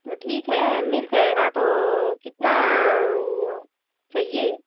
तो ठीक है मिल जाएगा तो कितना चाहिए